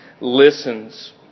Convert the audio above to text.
listens